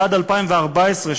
ועד 2014,